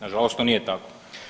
Nažalost to nije tako.